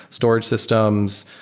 storage systems,